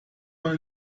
mal